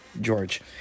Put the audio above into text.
George